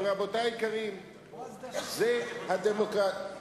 אבל, רבותי היקרים, זו הדמוקרטיה.